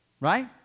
Right